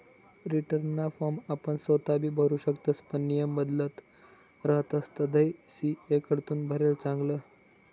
रीटर्नना फॉर्म आपण सोताबी भरु शकतस पण नियम बदलत रहातस तधय सी.ए कडथून भरेल चांगलं